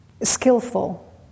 skillful